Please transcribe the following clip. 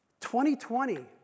2020